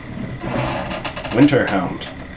Winterhound